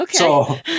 Okay